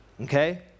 Okay